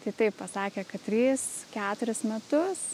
tai taip pasakė kad trys keturis metus